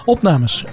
Opnames